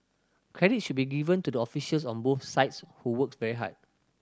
credit should be given to the officials on both sides who worked very hard